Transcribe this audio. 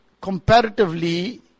comparatively